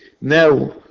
now